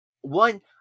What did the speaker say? one